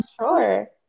Sure